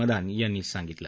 मदान यांनी सांगितलं